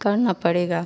करना पड़ेगा